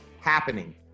happening